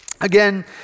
Again